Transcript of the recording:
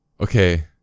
Okay